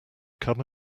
come